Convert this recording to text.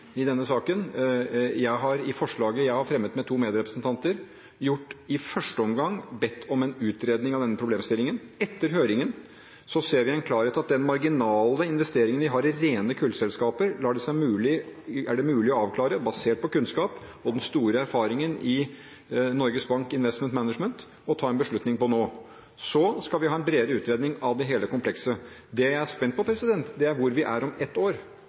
i denne saken. Jeg har i forslaget jeg har fremmet sammen med to medrepresentanter, i første omgang bedt om en utredning av denne problemstillingen. Etter høringen ser vi med klarhet at den marginale investeringen vi har i rene kullselskaper, er det mulig å avklare basert på kunnskap og den store erfaringen i Norges Bank Investment Management og ta en beslutning på nå. Så skal vi ha en bredere utredning av hele komplekset. Det jeg er spent på, er hvor vi er om ett år,